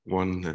one